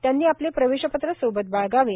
त्यांनी आपले प्रवेशपत्र सोबत बाळगावे